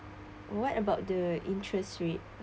what about the interest rate